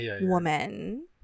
woman